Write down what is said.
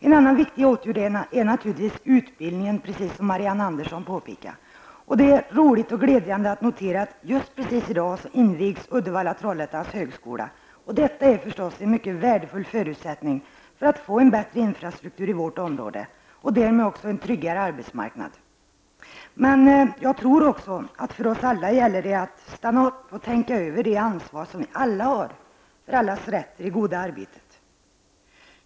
En annan viktig åtgärd är naturligtvis utbildningen, precis som Marianne Andersson påpekade. Det är glädjande att notera att just precis i dag invigs Uddevalla-Trollhättans högskola, och detta är förstås en mycket värdefull förutsättning för att få en bättre infrastruktur i vårt område och därmed också en tryggare arbetsmarknad. Men jag tror också att för oss alla gäller det att stanna upp och tänka över det ansvar som vi alla har för allas rätt till det goda arbetet.